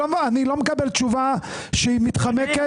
לא מקבל תשובה מתחמקת.